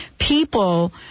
people